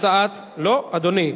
לא, אדוני.